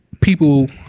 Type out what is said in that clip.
people